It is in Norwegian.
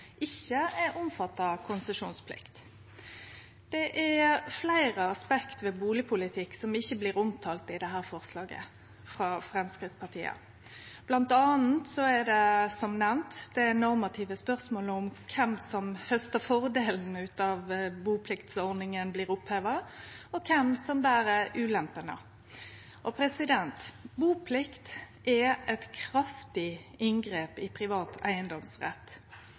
ikkje er omfatta av konsesjonsplikt. Det er fleire aspekt ved bustadpolitikk som ikkje blir omtalte i dette forslaget frå Framstegspartiet. Blant anna er det, som nemnt, det normative spørsmålet om kven som haustar fordelane om bupliktordninga blir oppheva, og kven som ber ulempene. Buplikt er eit kraftig inngrep i privat eigedomsrett.